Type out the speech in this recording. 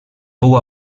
fou